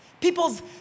People's